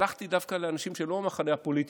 היה שר.